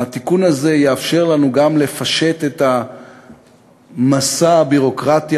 התיקון הזה יאפשר לנו גם לפשט את המסע הביורוקרטי